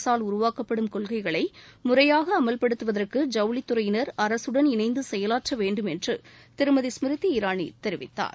அரசால் உருவாக்கப்படும் கொள்கைகள் முறையாக அமவ்படுத்துவற்கு ஜவுளித்துறையினர் அரசுடன் இணைந்து செயலாற்ற வேண்டும் என்று திருமதி ஸ்மிருதி இராணி தெரிவித்தார்